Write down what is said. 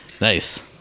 Nice